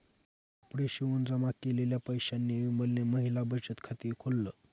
कपडे शिवून जमा केलेल्या पैशांनी विमलने महिला बचत खाते खोल्ल